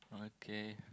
okay